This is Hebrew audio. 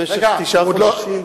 במשך תשעה חודשים,